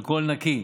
אלכוהול נקי.